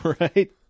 Right